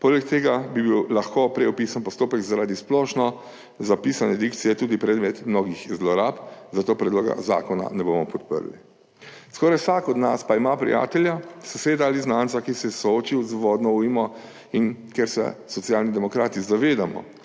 Poleg tega bi bil lahko prej opisan postopek zaradi splošno zapisane dikcije tudi predmet mnogih zlorab, zato predloga zakona ne bomo podprli. Skoraj vsak od nas pa ima prijatelja, soseda ali znanca, ki se je soočil z vodno ujmo. In ker se Socialni demokrati zavedamo,